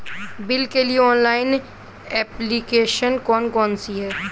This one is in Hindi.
बिल के लिए ऑनलाइन एप्लीकेशन कौन कौन सी हैं?